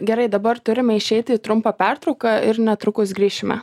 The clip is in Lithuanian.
gerai dabar turime išeiti į trumpą pertrauką ir netrukus grįšime